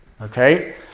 Okay